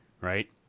right